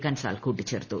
കൻസാൽ കൂട്ടിച്ചേർത്തു